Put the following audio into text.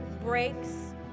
breaks